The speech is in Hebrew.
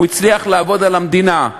הוא הצליח לעבוד על המדינה.